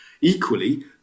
Equally